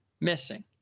missing